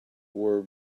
were